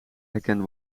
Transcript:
herkent